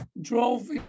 drove